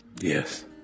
Yes